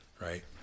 right